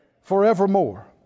forevermore